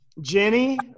jenny